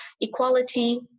equality